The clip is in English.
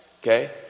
Okay